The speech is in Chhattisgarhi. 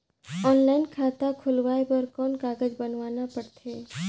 ऑनलाइन खाता खुलवाय बर कौन कागज बनवाना पड़थे?